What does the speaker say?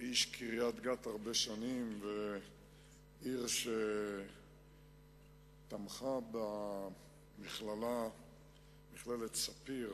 כאיש קריית-גת הרבה שנים, עיר שתמכה במכללת "ספיר"